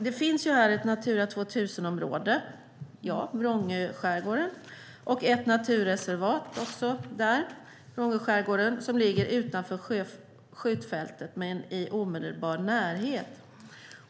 Det finns ett Natura 2000-område, Vrångöskärgården, och också ett naturreservat, Vrångö, som ligger utanför skjutfältet men i dess omedelbara närhet.